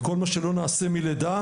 וכל מה שלא נעשה מלידה,